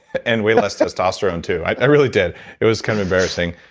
and way less testosterone too. i really did it was kind of embarrassing.